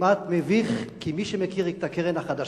וכמעט מביך, כי מי שמכיר את הקרן החדשה,